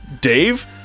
Dave